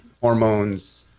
hormones